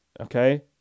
Okay